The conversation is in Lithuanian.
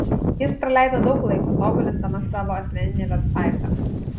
jis praleido daug laiko tobulindamas savo asmeninį vebsaitą